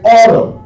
order